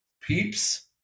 Peeps